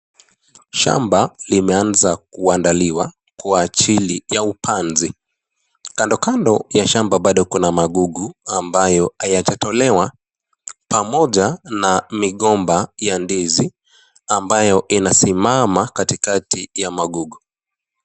Shamba limeanza kuandaliwa kwa ajili ya upanzi. Kandokando ya shamba bado kuna magugu, ambayo hayajatolewa, pamoja na migomba ya ndizi ambayo inasimama katikati ya magugu.